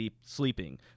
Sleeping